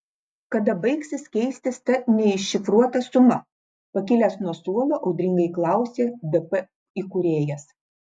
kada baigsis keistis ta neiššifruota suma pakilęs nuo suolo audringai klausė dp įkūrėjas